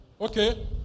Okay